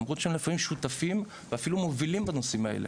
למרות שהם לפעמים שותפים ואפילו מובילים בנושאים האלה.